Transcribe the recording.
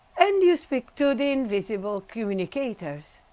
and you speak to the invisible communicators?